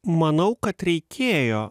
manau kad reikėjo